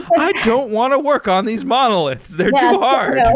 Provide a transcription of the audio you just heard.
i don't want to work on these monoliths. hard.